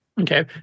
Okay